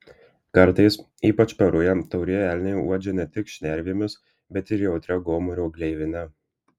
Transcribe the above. kartais ypač per rują taurieji elniai uodžia ne tik šnervėmis bet ir jautria gomurio gleivine